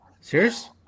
serious